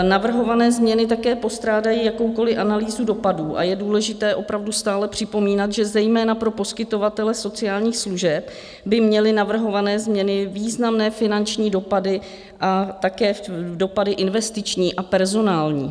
Navrhované změny také postrádají jakoukoliv analýzu dopadů a je důležité opravdu stále připomínat, že zejména pro poskytovatele sociálních služeb by měly navrhované změny významné finanční dopady a také dopady investiční a personální.